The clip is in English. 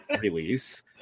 release